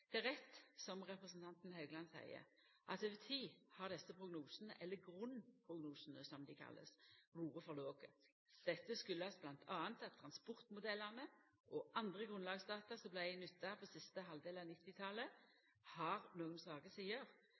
Det er rett som representanten Haugland seier, at over tid har desse prognosane – eller grunnprognosane som dei er kalla – vore for låge. Dette kjem m.a. av at transportmodellane og andre grunnlagsdata som vart nytta på siste halvdel av 1990-talet, har nokre svake sider.